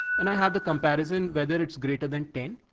and i have the comparison, whether it's greater than ten.